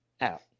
out